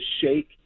shake